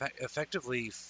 effectively